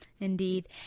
Indeed